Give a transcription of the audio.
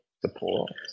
support